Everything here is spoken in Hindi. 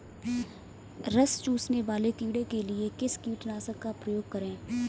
रस चूसने वाले कीड़े के लिए किस कीटनाशक का प्रयोग करें?